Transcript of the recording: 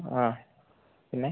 ആ പിന്നെ